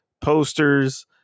posters